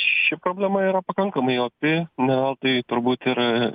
ši problema yra pakankamai opi na o tai turbūt ir